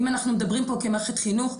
אם אנחנו מדברים פה כמערת חינוך,